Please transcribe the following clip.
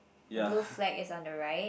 the blue flag is on the right